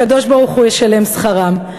הקדוש-ברוך-הוא ישלם שכרם".